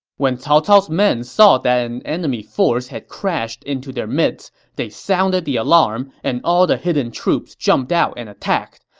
when cao cao's men saw that an enemy force crash into their midst, they sounded the alarm, and all the hidden troops jumped out and attacked.